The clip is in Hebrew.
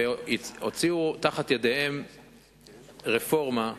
והוציאו מתחת ידיהם רפורמה,